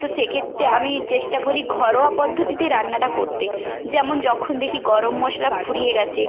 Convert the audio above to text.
তো সেক্ষেত্রে আমি চেষ্টা করি ঘরোয়া পদ্ধতিতে রান্নাটা করতে যেমন যখন দেখি গরম মশলা ফুরিয়ে গেছে